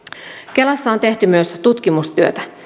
kelassa on tehty myös tutkimustyötä